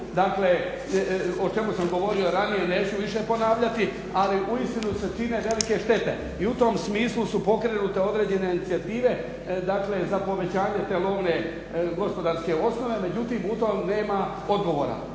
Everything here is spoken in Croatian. dakle o čemu sam govorio ranije, neću više ponavljati, ali uistinu se čine velike štete. I u tom smislu su pokrenute određene inicijative, dakle za povećanje te lovne gospodarske osnove. Međutim, u tom nema odgovora.